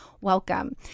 Welcome